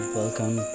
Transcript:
welcome